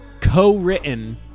co-written